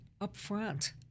upfront